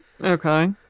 Okay